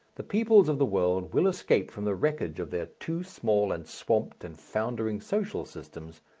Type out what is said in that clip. the peoples of the world will escape from the wreckage of their too small and swamped and foundering social systems,